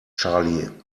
charlie